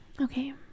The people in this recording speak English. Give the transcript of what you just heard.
okay